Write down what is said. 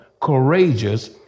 courageous